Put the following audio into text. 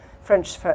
French